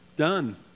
done